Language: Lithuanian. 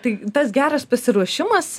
tai tas geras pasiruošimas